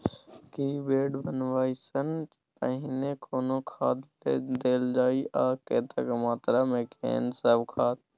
की bed बनबै सॅ पहिने कोनो खाद देल जाय आ कतेक मात्रा मे केना सब खाद?